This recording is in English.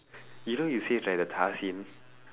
you know you save like the scene